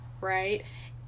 right